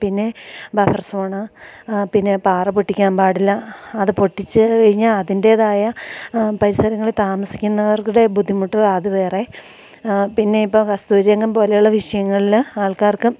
പിന്നെ ബഫർ സോണാണ് ആ പിന്നെ പാറ പൊട്ടിക്കാൻ പാടില്ല അത് പൊട്ടിച്ചു കഴിഞ്ഞാൽ അതിൻ്റേതായ പരിസരങ്ങളിൽ താമസിക്കുന്നവർക്കിടെ ബുദ്ധിമുട്ടുകൾ അതു വേറെ പിന്നെ ഇപ്പം കസ്തൂരി രംഗൻ പോലെയുള്ള വിഷയങ്ങളിൽ ആൾക്കാർക്ക്